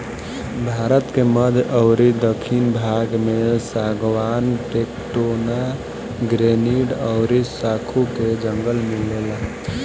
भारत के मध्य अउरी दखिन भाग में सागवान, टेक्टोना, ग्रैनीड अउरी साखू के जंगल मिलेला